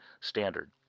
standard